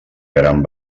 gran